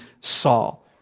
Saul